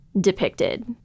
depicted